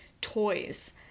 toys